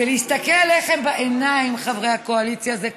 ולהסתכל לכם בעיניים, חברי הקואליציה, זה כאב,